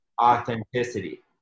authenticity